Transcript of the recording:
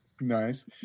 Nice